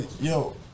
Yo